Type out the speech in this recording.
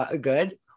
good